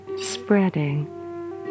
spreading